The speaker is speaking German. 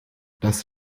das